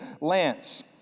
Lance